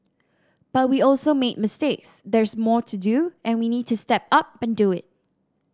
but we also made mistakes there's more to do and we need to step up and do it